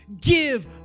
give